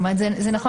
זה נכון,